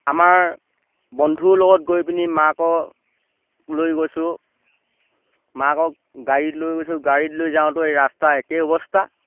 আমাৰ বন্ধুৰ লগত গৈ পিনি মাকক লৈ গৈছোঁ মাকক গাড়ীত লৈ গৈছোঁ গাড়ীত লৈ যাওঁতেও এই ৰাস্তা একেই অৱস্থা